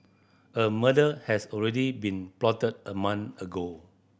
a murder has already been plotted a month ago